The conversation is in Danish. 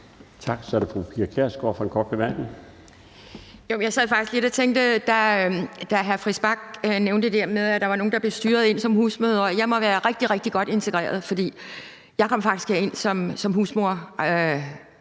Jeg sad faktisk lidt og tænkte på, da hr. Christian Friis Bach nævnte det her med, at nogen blev styret ind som husmødre, at jeg må være rigtig, rigtig godt integreret, for jeg kom faktisk herind som husmor.